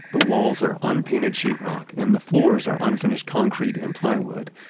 the walls are unpainted sheetrock and the floors are unfinished concrete and plywood.